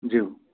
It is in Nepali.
ज्यू